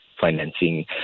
financing